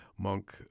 Monk